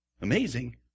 Amazing